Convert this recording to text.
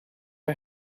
her